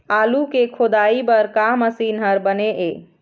आलू के खोदाई बर का मशीन हर बने ये?